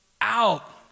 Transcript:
out